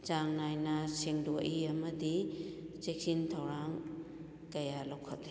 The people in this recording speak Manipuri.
ꯆꯥꯡ ꯅꯥꯏꯅ ꯁꯦꯡꯗꯣꯛꯏ ꯑꯃꯗꯤ ꯆꯦꯛꯁꯤꯟ ꯊꯧꯔꯥꯡ ꯀꯌꯥ ꯂꯧꯈꯠꯂꯤ